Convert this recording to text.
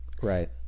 right